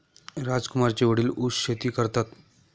राजकुमारचे वडील ऊस शेती करतात